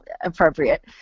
appropriate